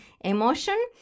emotion